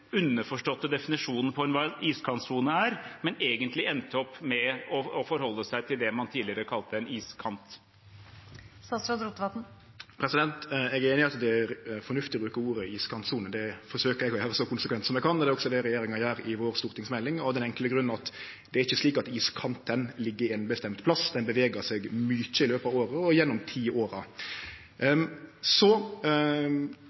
definisjonen på hva en iskantsone er, men egentlig endte opp med å forholde seg til det man tidligere kalte en iskant? Eg er einig i at det er fornuftig å bruke ordet «iskantsone». Det forsøkjer eg å gjere så konsekvent som eg kan, og det er også det regjeringa gjer i stortingsmeldinga si, av den enkle grunn at det ikkje er slik at iskanten ligg ein bestemt plass, han bevegar seg mykje i løpet av året og har gjort det gjennom